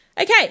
Okay